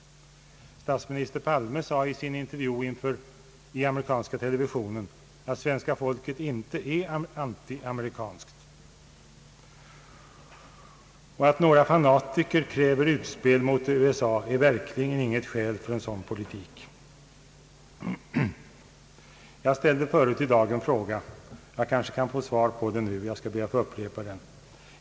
Statsminister Palme sade i sin intervju i televisionen att svenska folket inte är antiamerikanskt. Att några fanatiker kräver utspel mot USA är verkligen inget skäl för en sådan politik. Jag ställde förut i dag en fråga, jag kanske kan få svar på den nu, och jag skall be att få upprepa den.